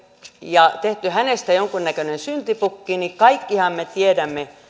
ja tehty hänestä jonkunnäköinen syntipukki mutta kaikkihan me tiedämme